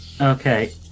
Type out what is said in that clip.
Okay